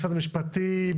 משרד המשפטים,